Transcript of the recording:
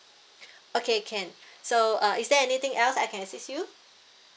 okay can so uh is there anything else I can assist you